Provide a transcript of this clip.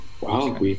Wow